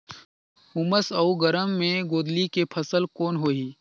उमस अउ गरम मे गोंदली के फसल कौन होही?